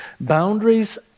Boundaries